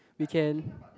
we can